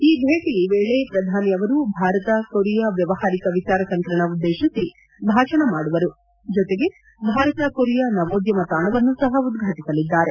ಈ ಭೇಟಿ ವೇಳೆ ಪ್ರಧಾನಿ ಅವರು ಭಾರತ ಕೊರಿಯಾ ವ್ಯವಹಾರಿಕ ವಿಚಾರ ಸಂಕಿರಣ ಉದ್ದೇಶಿಸಿ ಭಾಷಣ ಮಾಡುವರು ಜೊತೆಗೆ ಭಾರತ ಕೊರಿಯಾ ನವೋದ್ಯಮ ತಾಣವನ್ನೂ ಸಹ ಉದ್ಘಾಟಿಸಲಿದ್ದಾರೆ